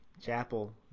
Chapel